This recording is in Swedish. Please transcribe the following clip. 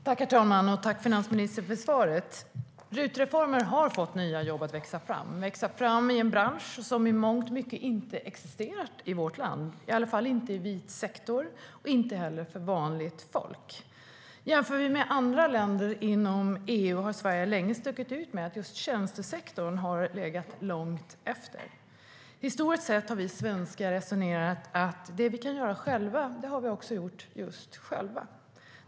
Herr talman! Tack, finansministern, för svaret! Jämför vi med andra länder inom EU har Sverige länge stuckit ut genom att just tjänstesektorn har legat långt efter. Historiskt sett har vi svenskar resonerat att det vi kan göra själva, det gör vi också själva.